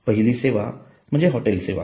पहिली सेवा म्हणजे हॉटेल सेवा